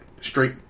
straight